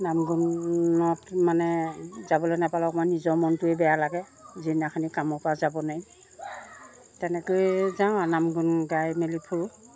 নাম গুণত মানে যাবলৈ নেপালে অকমান নিজৰ মনটোৱে বেয়া লাগে যিদিনাখিনি কামৰপৰা যাব নোৱাৰি তেনেকৈয়ে যাওঁ আৰু নাম গুণ গাই মেলি ফুৰোঁ